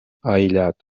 aïllat